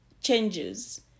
changes